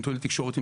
נתוני תקשורת,